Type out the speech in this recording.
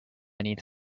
need